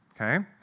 okay